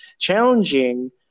Challenging